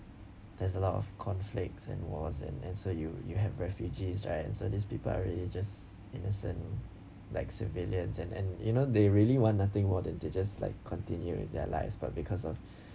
there's a lot of conflicts and war and and so you you have refugees right and so these people are really just innocent like civilians and and you know they really want nothing more than to just like continue with their lives but because of